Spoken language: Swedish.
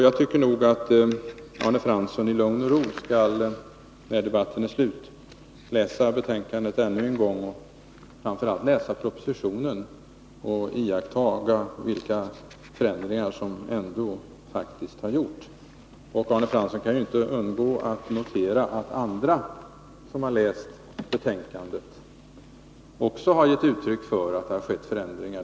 Jag tycker nog att Arne Fransson efter debatten i lugn och ro skall läsa betänkandet ännu en gång. Framför allt bör han läsa propositionen och lägga märke till vilka förändringar som faktiskt ändå har gjorts. Arne Fransson kan heller inte ha undgått att notera att också andra som har läst betänkandet har gett uttryck för att det har skett förändringar.